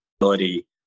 ability